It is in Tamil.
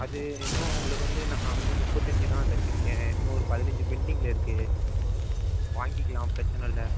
அது இன்னும் உங்களுக்கு வந்து நான் வந்து முப்பத்தஞ்சு தான் தச்சுருக்கேன் இன்னொரு பதினச்சு பெண்டிங்கில் இருக்கு வாங்கிக்கலாம் பிரச்சனை இல்லை